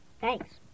Thanks